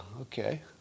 Okay